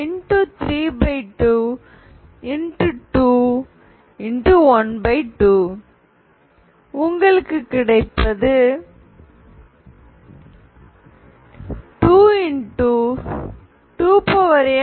12 உங்களுக்கு கிடைப்பது ⟹22nn